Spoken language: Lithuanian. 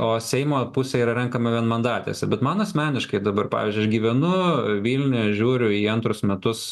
o seimo pusė yra renkama vienmandatėse bet man asmeniškai dabar pavyzdžiui aš gyvenu vilniuj žiūriu į antrus metus